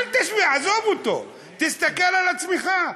אל תשווה, עזוב אותו, תסתכל על עצמך.